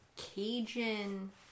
Cajun